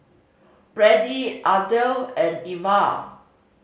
Brady Ardeth and Iva